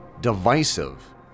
divisive